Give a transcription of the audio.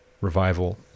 revival